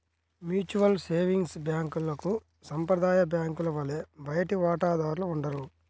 mutual savings బ్యాంక్లకు సాంప్రదాయ బ్యాంకుల వలె బయటి వాటాదారులు ఉండరు